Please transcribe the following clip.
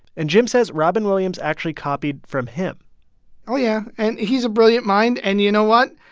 and jim says robin williams actually copied from him oh, yeah. and he's a brilliant mind. and you know what?